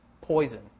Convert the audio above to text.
poison